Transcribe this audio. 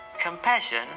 Compassion